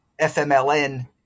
FMLN